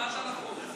מה אתה לחוץ?